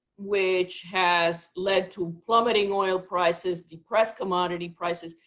which has led to plummeting oil prices, depressed commodity prices.